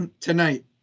tonight